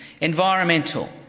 environmental